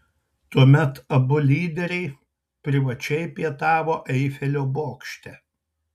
tuomet abu lyderiai privačiai pietavo eifelio bokšte